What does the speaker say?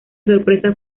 sorpresa